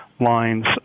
lines